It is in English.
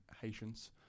Haitians